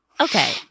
Okay